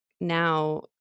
now